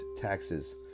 taxes